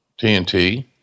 TNT